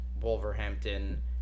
Wolverhampton